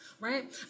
right